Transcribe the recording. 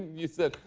you said,